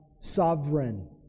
sovereign